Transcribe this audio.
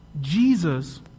Jesus